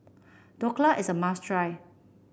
Dhokla is a must try